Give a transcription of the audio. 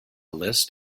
list